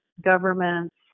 governments